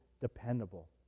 dependable